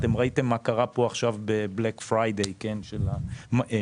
ראיתם מה קרה פה עכשיו בבלק פריידיי של הרכישות.